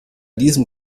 diesem